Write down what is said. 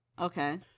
Okay